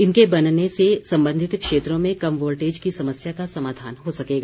इनके बनने से संबंधित क्षेत्रों में कम वोल्टेज की समस्या का समाधान हो सकेगा